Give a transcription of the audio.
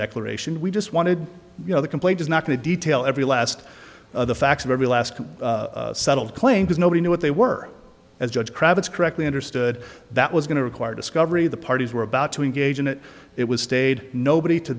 declaration we just wanted you know the complaint is not going to detail every last the facts of every last settled claims nobody knew what they were as judge kravitz correctly understood that was going to require discovery of the parties were about to engage in it it was stayed nobody to